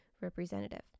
representative